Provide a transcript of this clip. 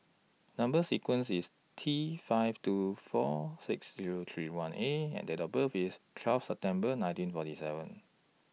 Number sequence IS T five two four six Zero three one A and Date of birth IS twelve September nineteen forty seven